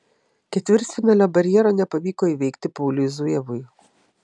ketvirtfinalio barjero nepavyko įveikti pauliui zujevui